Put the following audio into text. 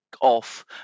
off